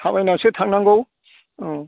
थाबायनानैसो थांनांगौ औ